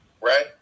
right